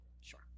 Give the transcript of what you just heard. sure